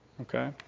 okay